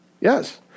Yes